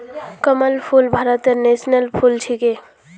कमल फूल भारतेर नेशनल फुल छिके